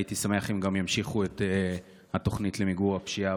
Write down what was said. הייתי שמח אם גם ימשיכו את התוכנית למיגור הפשיעה